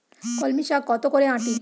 কলমি শাখ কত করে আঁটি?